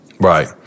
right